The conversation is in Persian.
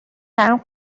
برام